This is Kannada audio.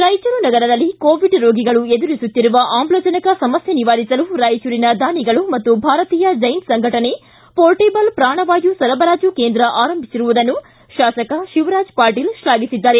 ರಾಯಚೂರು ನಗರದಲ್ಲಿ ಕೋವಿಡ್ ರೋಗಿಗಳು ಎದುರಿಸುತ್ತಿರುವ ಆಮ್ಲಜನಕ ಸಮಸ್ತೆ ನಿವಾರಿಸಲು ರಾಯಚೂರಿನ ದಾನಿಗಳು ಮತ್ತು ಭಾರತೀಯ ಜೈನ್ ಸಂಘಟನೆ ಪೋರ್ಟೆಬಲ್ ಪ್ರಾಣವಾಯು ಸರಬರಾಜು ಕೇಂದ್ರ ಆರಂಭಿಸಿರುವುದನ್ನು ಶಾಸಕ ಶಿವರಾಜ್ ಪಾಟೀಲ್ ಶ್ಲಾಘಿಸಿದ್ದಾರೆ